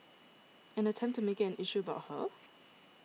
and attempt to make it an issue about her